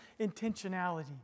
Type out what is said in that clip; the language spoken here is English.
intentionality